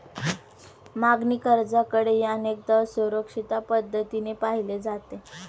मागणी कर्जाकडेही अनेकदा असुरक्षित पद्धतीने पाहिले जाते